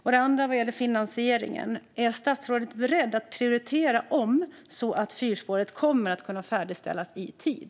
För det andra finansieringen: Är statsrådet beredd att prioritera om så att fyrspåret kommer att kunna färdigställas i tid?